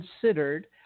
considered